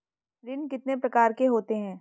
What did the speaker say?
ऋण कितने प्रकार के होते हैं?